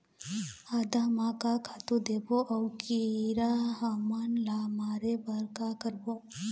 आदा म का खातू देबो अऊ कीरा हमन ला मारे बर का करबो?